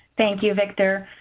thank you, victor.